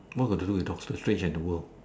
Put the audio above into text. what got to do with doctor strange and the world